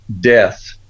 death